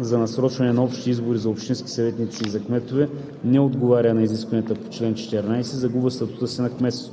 за насрочване на общи избори за общински съветници и за кметове не отговаря на изискването на чл. 14, загубва статута си на кметство.“